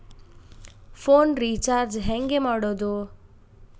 Phone recharge ಹೆಂಗೆ ಮಾಡೋದು?